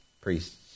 priests